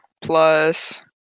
plus